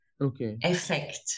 effect